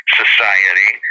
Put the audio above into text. society